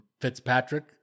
Fitzpatrick